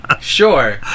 Sure